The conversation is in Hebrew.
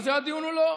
על זה הדיון הוא לא.